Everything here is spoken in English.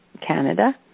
Canada